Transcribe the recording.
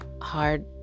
hard